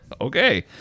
Okay